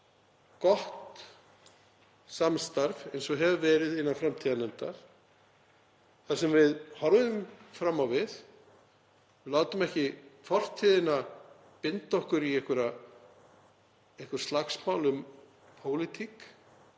gott samstarf, eins og hefur verið innan framtíðarnefndar, þar sem við horfum fram á við og látum ekki fortíðina binda okkur í einhver slagsmál um pólitík